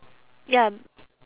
ya